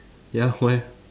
ya why